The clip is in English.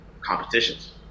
competitions